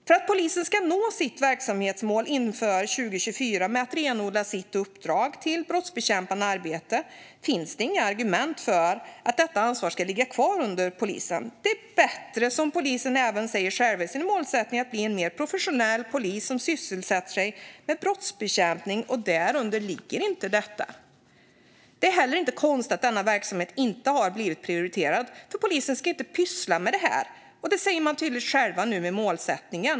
Om polisen ska nå sitt verksamhetsmål inför 2024 med att renodla sitt uppdrag till att gälla brottsbekämpande arbete finns det inga argument för att detta ansvar ska ligga kvar under polisen. Det är bättre, som polisen själv säger i sin målsättning, att man blir en mer professionell polis som sysselsätter sig med brottsbekämpning, och dit hör inte detta. Det är heller inte konstigt att denna verksamhet inte har blivit prioriterad, för polisen ska inte syssla med detta. Det säger man tydligt själv i sin målsättning.